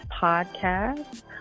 podcast